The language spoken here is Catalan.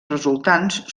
resultants